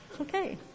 Okay